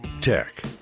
Tech